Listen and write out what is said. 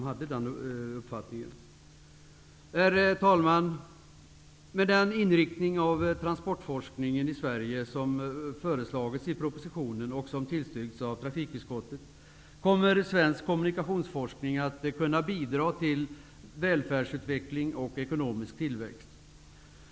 Herr talman! Med den inriktning av transportforskningen i Sverige som föreslagits i propositionen och som tillstyrks av trafikutskottet, kommer svensk kommunikationsforskning att kunna bidra till välfärdsutveckling och ekonomisk tillväxt.